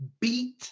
beat